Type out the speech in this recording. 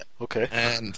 Okay